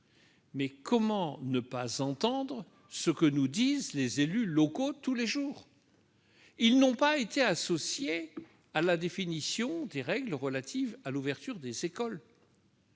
Mais comment ne pas entendre ce que nous disent les élus locaux tous les jours ? Ils n'ont pas été associés à la définition des règles relatives à l'ouverture des écoles,